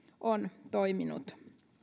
on toiminut